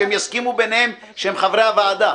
שהם יסכימו ביניהם שהם חברי הוועדה.